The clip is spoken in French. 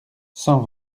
cent